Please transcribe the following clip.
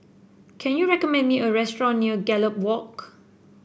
can you recommend me a restaurant near Gallop Walk